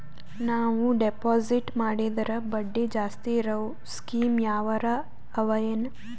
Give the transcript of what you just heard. ನಾವು ಡೆಪಾಜಿಟ್ ಮಾಡಿದರ ಬಡ್ಡಿ ಜಾಸ್ತಿ ಇರವು ಸ್ಕೀಮ ಯಾವಾರ ಅವ ಏನ?